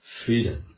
freedom